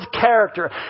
character